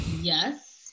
Yes